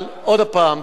אבל עוד הפעם,